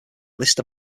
list